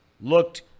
looked